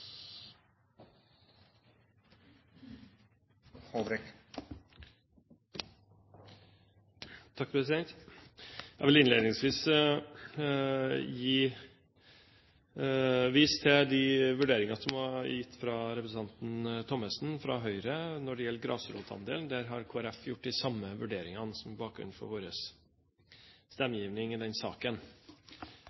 de vurderingene som ble gitt av representanten Thommessen fra Høyre når det gjelder grasrotandelen. Kristelig Folkeparti har gjort de samme vurderingene som bakgrunn for vår